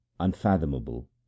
unfathomable